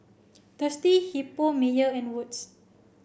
Thirsty Hippo Mayer and Wood's